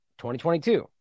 2022